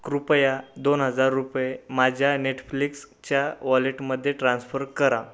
कृपया दोन हजार रुपये माझ्या नेटफ्लिक्सच्या वॉलेटमध्ये ट्रान्स्फर करा